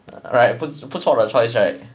alright 不足不错的 choice right